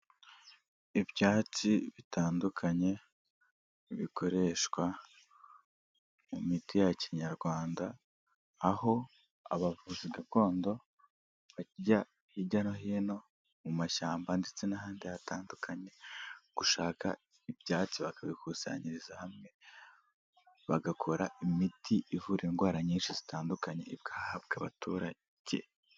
Ibyatsi bitandukanye bikoreshwa mu miti ya kinyarwanda, aho abavuzi gakondo bajya hirya no hino mu mashyamba ndetse n'ahandi hatandukanye gushaka ibyatsi, bakabikusanyiriza hamwe bagakora imiti ivura indwara nyinshi zitandukanye, igahabwa abaturage.